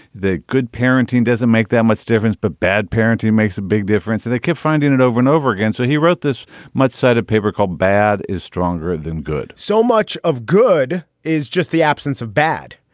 the good parenting doesn't make that much difference, but bad parenting makes a big difference and they keep finding it over and over again. so he wrote this much cited paper called bad is stronger than good so much of good is just the absence of bad.